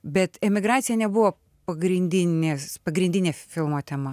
bet emigracija nebuvo pagrindinės pagrindinė filmo tema